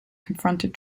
confronted